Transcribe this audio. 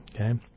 okay